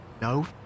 no